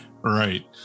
Right